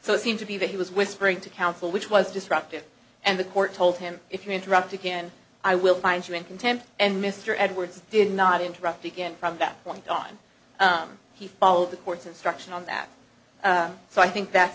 so it seemed to be that he was whispering to counsel which was disruptive and the court told him if you interrupt again i will find you in contempt and mr edwards did not interrupt again from that point on he followed the court's instruction on that so i think that's